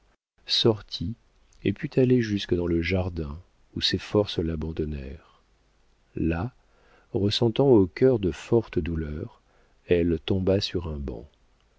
sortit et put aller jusque dans le jardin où ses forces l'abandonnèrent là ressentant au cœur de fortes douleurs elle tomba sur un banc